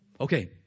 Okay